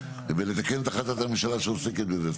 ולתקן את החלטת הממשלה שעוסקת בזה.